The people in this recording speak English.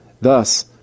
Thus